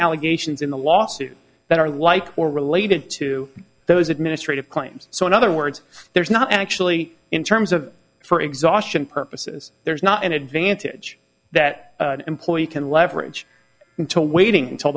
allegations in the lawsuit that are like or related to those administrative claims so in other words there's not actually in terms of for exhaustion purposes there's not an advantage that employee can leverage into waiting until